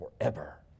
forever